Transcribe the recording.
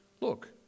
look